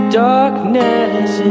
darkness